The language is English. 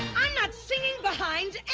i'm not singing behind